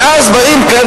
ואז באים כאן,